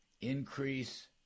increase